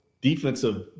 defensive